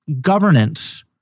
governance